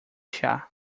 chá